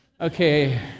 okay